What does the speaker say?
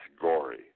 gory